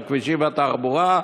הכבישים והתחבורה,